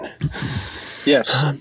Yes